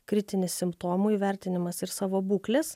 kritinis simptomų įvertinimas ir savo būklės